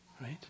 Right